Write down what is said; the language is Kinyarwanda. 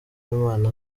w’imana